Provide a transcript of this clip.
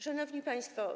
Szanowni Państwo!